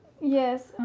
Yes